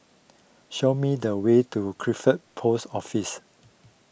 show me the way to Crawford Post Office